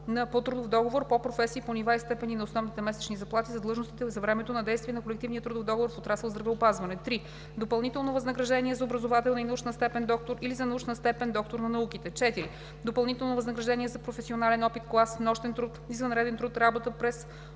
по трудов договор по професии, по нива и степени на основните месечни заплати за длъжностите за времето на действие на колективния трудов договор в отрасъл „Здравеопазване“. 3. Допълнително възнаграждение за образователна и научна степен „доктор“ или за научна степен „доктор на науките“. 4. Допълнително възнаграждение за: професионален опит (клас), нощен труд, извънреден труд, работа през